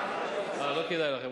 לא כדאי לכם?